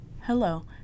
Hello